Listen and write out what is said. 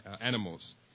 animals